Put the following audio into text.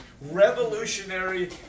Revolutionary